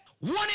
one